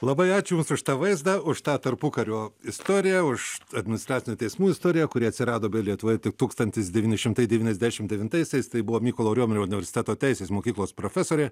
labai ačiū jums už tą vaizdą už tą tarpukario istoriją už administracinių teismų istoriją kuri atsirado lietuvoje tik tūkstantis devyni šimtai devyniasdešim devintaisiais tai buvo mykolo riomerio universiteto teisės mokyklos profesorė